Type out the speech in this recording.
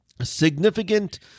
significant